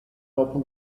open